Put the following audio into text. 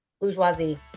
Bourgeoisie